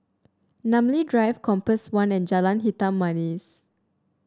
Namly Drive Compass One and Jalan Hitam Manis